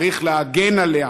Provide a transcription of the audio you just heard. צריך להגן עליה,